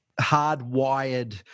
hardwired